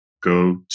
go